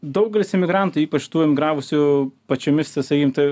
daugelis imigrantų ypač tų emigravusių pačiomis tai sakykim tai